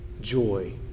joy